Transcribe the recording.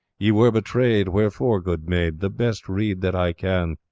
ye were betrayed wherefore, good maid, the best rede that i can,